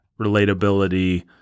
relatability